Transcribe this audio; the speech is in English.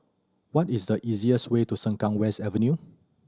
what is the easiest way to Sengkang West Avenue